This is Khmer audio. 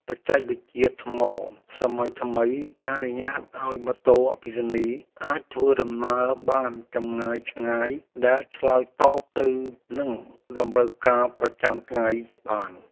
បច្ចេកវិទ្យាថ្មសម័យថ្មីអនុញ្ញាតឱ្យម៉ូតូអគ្គិសនីអាចធ្វើដំណើរបានចម្ងាយឆ្ងាយដែលឆ្លើយតបទៅនឹងតម្រូវការប្រចាំថ្ងៃបាន។